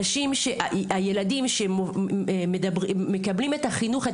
הילדים שמקבלים את החינוך,